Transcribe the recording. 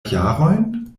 jarojn